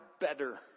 better